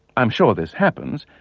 um sure this happens,